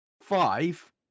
five